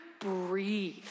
breathe